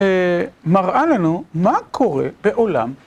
מראה לנו מה קורה בעולם.